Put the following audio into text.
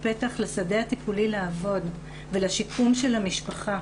פתח לשדה הטיפולי לעבוד ולשיקום של המשפחה.